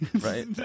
right